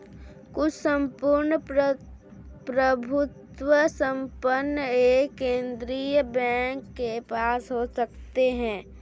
कुछ सम्पूर्ण प्रभुत्व संपन्न एक केंद्रीय बैंक के पास हो सकते हैं